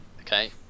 Okay